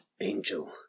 Angel